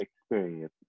experience